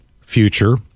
future